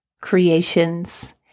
creations